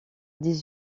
dix